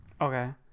Okay